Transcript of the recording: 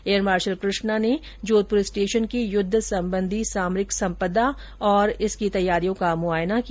air marshal Krishna ने Jodhpur station की युद्ध संबंधी सामरिक सम्पदा और इसकी तैयारियों का मुआयना किया